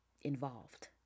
involved